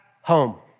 home